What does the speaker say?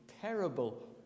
terrible